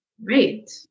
Great